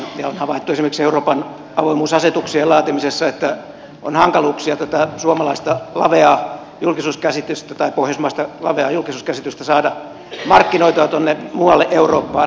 on havaittu esimerkiksi euroopan avoimuusasetuksien laatimisessa että on hankaluuksia pitää suomalaista lvi ja julkisuuskäsitys tätä pohjoismaista laveaa julkisuuskäsitystä saada markkinoitua tuonne muualle eurooppaan